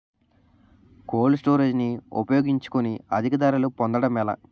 Cold storage ని ఉపయోగించుకొని అధిక ధరలు పొందడం ఎలా?